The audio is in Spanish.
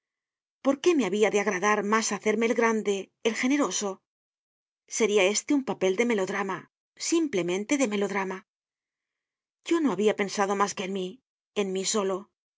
por qué me habia de agradar mas hacerme el grande el generoso seria este un papel de melodrama simplemente de melodrama yo no habia pensado mas que en mí en mí solo